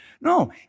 No